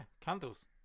candles